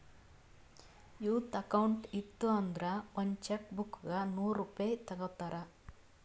youth account ಇತ್ತು ಅಂದುರ್ ಒಂದ್ ಚೆಕ್ ಬುಕ್ಗ ನೂರ್ ರೂಪೆ ತಗೋತಾರ್